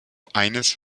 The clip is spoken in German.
eines